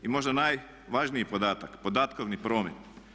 I možda najvažniji podatak, podatkovni promet.